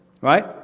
Right